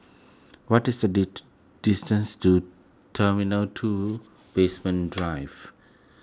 what is the distance to Terminal two Basement Drive